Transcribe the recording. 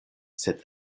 sed